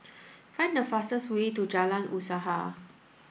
find the fastest way to Jalan Usaha